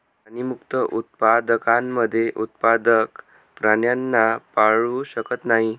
प्राणीमुक्त उत्पादकांमध्ये उत्पादक प्राण्यांना पाळू शकत नाही